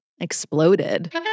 exploded